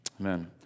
Amen